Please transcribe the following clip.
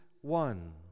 one